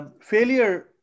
failure